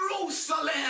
Jerusalem